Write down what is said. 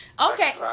Okay